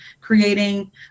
creating